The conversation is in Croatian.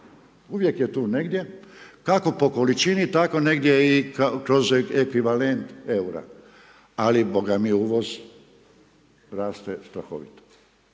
Uvijek je tu negdje, kako po količini, tako negdje i kroz ekvivalent eura. Ali, bogami uvoz raste strahovito.